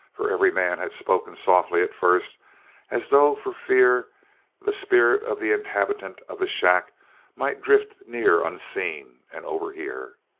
for every man had spoken softly at first as though for fear the spirit of the inhabitant of the shack might drift near unseen and overhear.